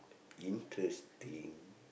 interesting